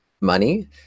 money